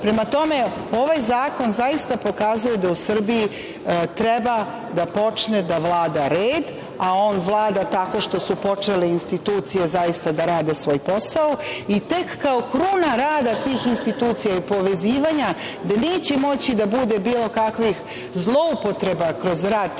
tome, ovaj zakon zaista pokazuje da u Srbiji treba da počne da vlada red, a on vlada tako što su počeli institucije zaista da rade svoj posao i tek kao kruna rada tih institucija i povezivanja, gde neće moći da bude bilo kakvih zloupotreba kroz rad